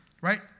right